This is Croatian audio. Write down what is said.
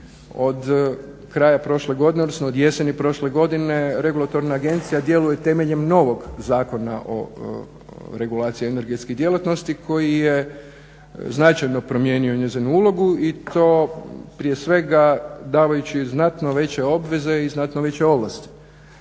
od kraja prošle godine odnosno od jeseni prošle godine. regulatorna agencija djeluje temeljem novog Zakona o regulaciji energetskih djelatnosti koji je značajno promijenio njezinu ulogu i to prije svega davajući joj znatno veće obveze i znatno veće ovlasti.